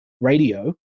radio